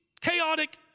chaotic